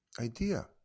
idea